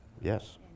Yes